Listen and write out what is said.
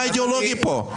מה האידיאולוגיה פה?